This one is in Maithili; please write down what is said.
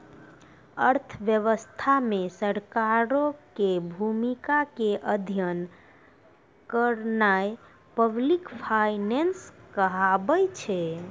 अर्थव्यवस्था मे सरकारो के भूमिका के अध्ययन करनाय पब्लिक फाइनेंस कहाबै छै